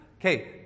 Okay